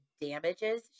damages